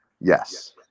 Yes